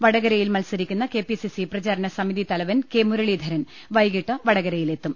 വടകര യിൽ മത്സരിക്കുന്ന K P C C പ്രചാരണ സമിതി തലവൻ കെ മുരളീധരൻ വൈകീട്ട് വടകരയിലെത്തും